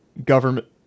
Government